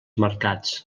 mercats